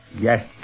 Yes